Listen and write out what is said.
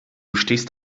stehst